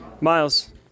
Miles